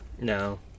No